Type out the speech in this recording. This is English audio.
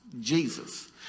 Jesus